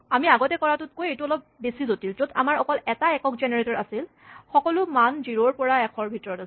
আমি আগতে কৰাটোতকৈ এইটো অলপ বেছি জটিল য'ত আমাৰ অকল এটা একক জেনেৰেটৰ আছিল সকলো মান জিৰ' ৰ পৰা ১০০ ৰ ভিতৰত আছিল